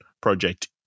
project